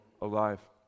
alive